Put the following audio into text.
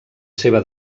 seva